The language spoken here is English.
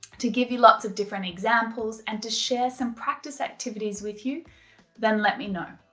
to give you lots of different examples and to share some practice activities with you then let me know.